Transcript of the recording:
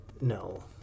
no